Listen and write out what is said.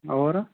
اور